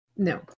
No